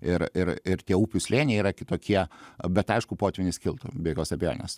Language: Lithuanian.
ir ir ir tie upių slėniai yra kitokie bet aišku potvynis kiltų be jokios abejonės